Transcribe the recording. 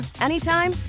anytime